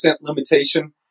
limitation